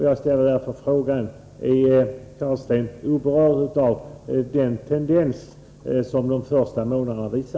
Jag ställer därför frågan: Är Rune Carlstein oberörd av tendensen under de första månaderna?